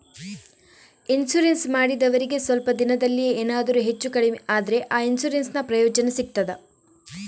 Insurance ಮಾಡಿದವರಿಗೆ ಸ್ವಲ್ಪ ದಿನದಲ್ಲಿಯೇ ಎನಾದರೂ ಹೆಚ್ಚು ಕಡಿಮೆ ಆದ್ರೆ ಆ ಇನ್ಸೂರೆನ್ಸ್ ನ ಪ್ರಯೋಜನ ಸಿಗ್ತದ?